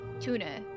Tuna